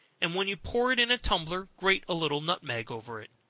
and when you pour it in a tumbler, grate a little nutmeg over it.